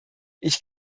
ich